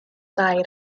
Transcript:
tair